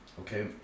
Okay